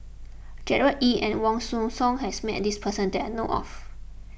Gerard Ee and Wong Hong Suen has met this person that I know of